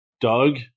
Doug